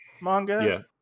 manga